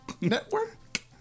network